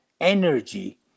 energy